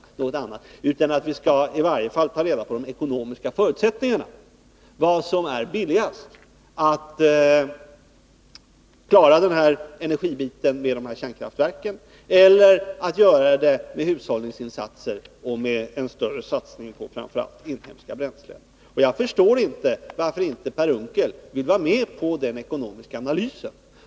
Däremot har jag begärt att vi i varje fall skall ta reda på de ekonomiska förutsättningarna och undersöka om det är billigast att klara energin med kärnkraftverk, eller om vi skall göra det med hushållningsinsatser och större satsningar på framför allt inhemska bränslen. Jag förstår inte varför inte Per Unckel vill vara med på den ekonomiska analysen.